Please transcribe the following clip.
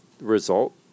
result